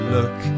Look